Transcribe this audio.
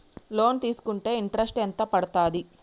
Loan తీస్కుంటే interest ఎంత పడ్తది?